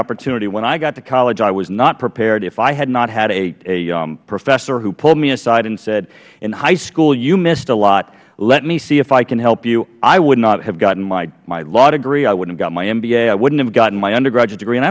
opportunity when i got to college i was not prepared if i had not had a professor who pulled me aside and said in high school you missed a lot let me see if i can help you i would not have gotten my law degree i wouldn't have gotten my mba i wouldn't have gotten my undergraduate degree and i